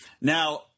Now